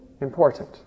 important